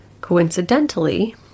Coincidentally